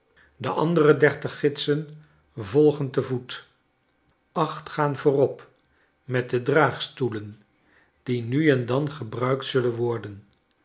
de andere dertig gidsen volgen te voet acht gaan voorop met de draagstoelen die nu en dangebruikt zullen worden